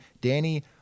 Danny